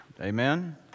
amen